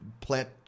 plant